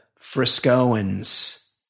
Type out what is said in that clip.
Friscoans